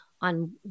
on